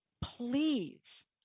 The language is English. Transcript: please